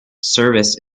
service